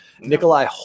Nikolai